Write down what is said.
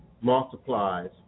multiplies